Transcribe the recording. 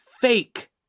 fake